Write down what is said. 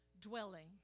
dwelling